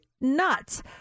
nuts